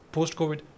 Post-Covid